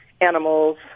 animals